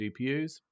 GPUs